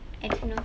I don't know